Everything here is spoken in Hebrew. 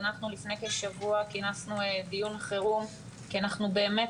לפני כשבוע כינסנו דיון חירום כי אנחנו באמת